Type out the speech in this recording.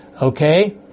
okay